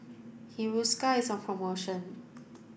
Hiruscar is on promotion